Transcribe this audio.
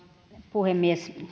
puhemies